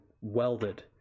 welded